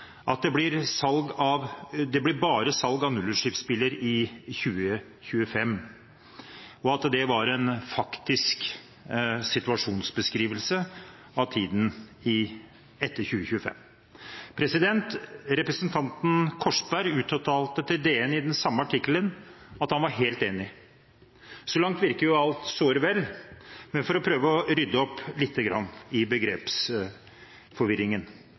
at det blir bare salg av nullutslippsbiler i 2025, og at det var en faktisk situasjonsbeskrivelse av tiden etter 2025. Representanten Korsberg uttalte til DN i den samme artikkelen at han var helt enig. Så langt virker alt såre vel, men for å prøve å rydde opp lite grann i begrepsforvirringen: